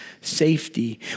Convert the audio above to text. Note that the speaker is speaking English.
safety